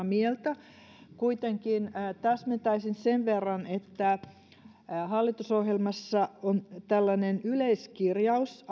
mieltä kuitenkin täsmentäisin sen verran että hallitusohjelmassa on asumiskohdassa tällainen yleiskirjaus